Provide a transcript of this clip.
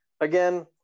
again